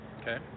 Okay